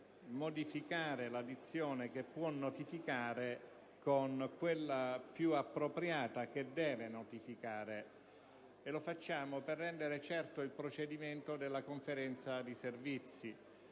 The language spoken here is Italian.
modificare la dizione «che può notificare» con quella, più appropriata, «che deve notificare». Avanziamo tale proposta per rendere certo il procedimento della Conferenza dei servizi,